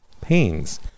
pains